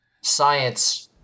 Science